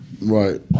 Right